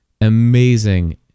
amazing